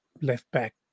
left-back